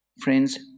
Friends